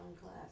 class